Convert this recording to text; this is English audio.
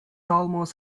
almost